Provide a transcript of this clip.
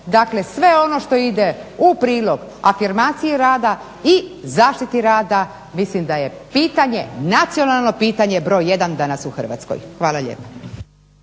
Dakle sve ono što ide u prilog afirmaciji rada i zaštiti rada mislim da je pitanje, nacionalno pitanje broj 1 danas u Hrvatskoj. Hvala lijepo.